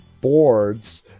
boards